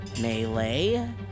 Melee